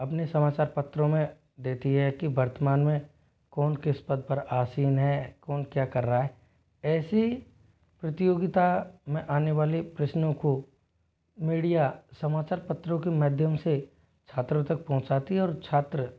अपने समाचार पत्रो में देती है कि वर्तमान में कौन किस पद पर आसीन है कौन क्या कर रहा है ऐसी प्रतियोगिता में आने वाली प्रश्नों को मीडिया समाचार पत्रों के माध्यम से छात्रों तक पहुँचाती है और छात्र